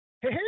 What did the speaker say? Hey